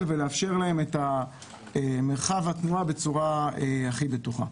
ולאפשר להם את מרחב התנועה בצורה הכי בטוחה.